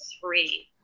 three